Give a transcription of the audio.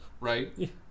right